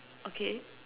okay